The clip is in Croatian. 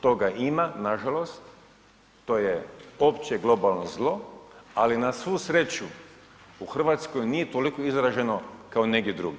Toga ima nažalost, to je opće globalno zlo ali na svu sreću u Hrvatskoj nije toliko izraženo kao negdje drugdje.